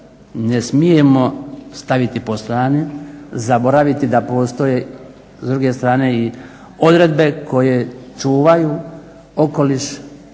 ne smijemo staviti po strani, zaboraviti da postoje s druge strane i odredbe koje čuvaju okoliš,